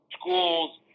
schools